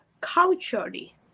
culturally